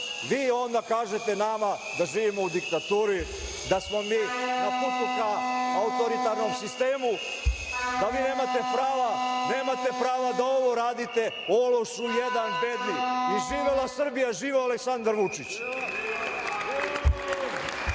vi onda kažete nama da živimo u diktaturi, da smo mi na putu ka autoritarnom sistemu, da vi nemate prava da ovo radite, ološu jedan bedni. Živela Srbija! Živeo Aleksandar Vučić!